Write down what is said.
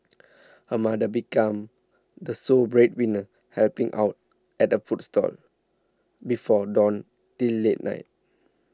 her mother become the sole breadwinner helping out at a food stall before dawn till late night